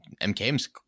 MKM's